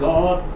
God